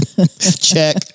Check